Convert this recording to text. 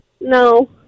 No